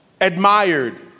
admired